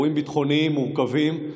אירועים ביטחוניים מורכבים,